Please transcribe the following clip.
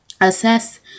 Assess